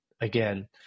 again